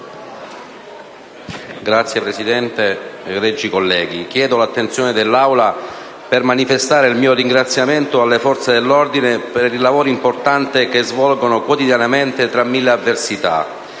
Signor Presidente, egregi colleghi, chiedo l'attenzione dell'Aula per manifestare il mio ringraziamento alle forze dell'ordine, per il lavoro importante che svolgono quotidianamente tra mille avversità,